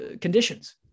conditions